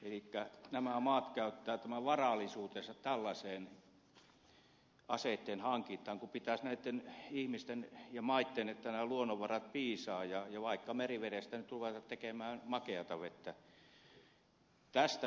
elikkä nämä maat käyttävät tämän varallisuutensa tällaiseen aseitten hankintaan kun pitäisi näitten ihmisten ja maitten katsoa että nämä luonnonvarat piisaavat ja vaikka merivedestä nyt ruveta tekemään makeata vettä